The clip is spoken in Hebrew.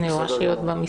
אני רואה שהיא עוד במשרד.